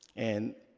and,